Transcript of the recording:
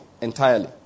entirely